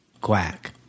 Quack